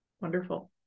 Wonderful